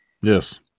Yes